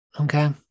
okay